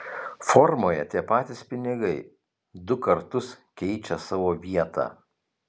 formoje tie patys pinigai du kartus keičia savo vietą